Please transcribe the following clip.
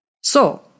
So